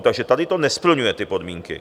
Takže tady to nesplňuje ty podmínky.